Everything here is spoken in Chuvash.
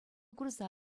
курса